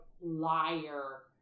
liar